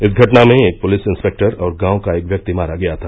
इस घटना में एक पुलिस इंसपेक्टर और गांव का एक व्यक्ति मारा गया था